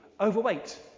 overweight